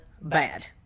bad